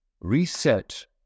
reset